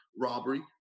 robbery